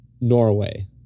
Norway